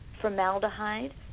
formaldehyde